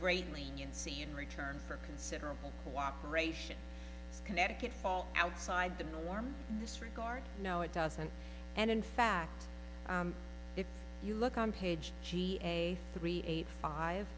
great leniency in return for considerable cooperation connecticut fall outside the norm this regard no it doesn't and in fact if you look on page a three eight five